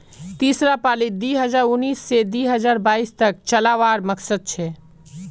तीसरा पालीत दी हजार उन्नीस से दी हजार बाईस तक चलावार मकसद छे